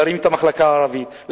להרים את המחלקה הערבית,